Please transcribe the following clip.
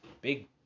big